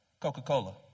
Coca-Cola